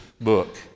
book